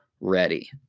ready